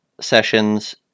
sessions